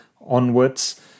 onwards